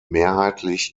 mehrheitlich